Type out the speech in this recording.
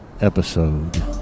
episode